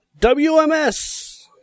WMS